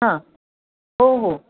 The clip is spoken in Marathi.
हां हो हो